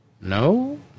No